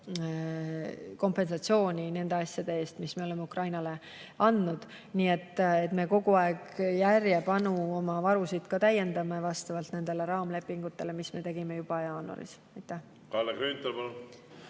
kompensatsiooni nende asjade eest, mis me oleme Ukrainale andnud. Nii et me kogu aeg järjepanu oma varusid täiendame vastavalt nendele raamlepingutele, mis me tegime juba jaanuaris. Kalle Grünthal,